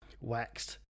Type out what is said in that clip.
waxed